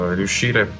riuscire